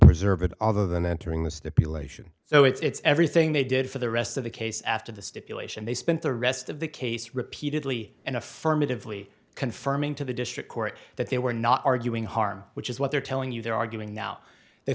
preserve it other than entering the stipulation so it's everything they did for the rest of the case after the stipulation they spent the rest of the case repeatedly and affirmatively confirming to the district court that they were not arguing harm which is what they're telling you they're arguing now they